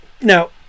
Now